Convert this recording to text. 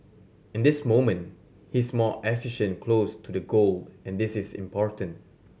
in this moment he is more efficient close to the goal and this is important